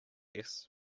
guests